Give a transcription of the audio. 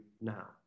now